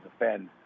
defend